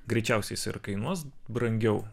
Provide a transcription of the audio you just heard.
greičiausiai jis ir kainuos brangiau